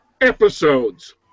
episodes